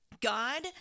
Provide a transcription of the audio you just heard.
God